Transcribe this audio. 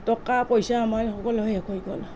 টকা পইচা আমাৰ সকলো শেষ হৈ গ'ল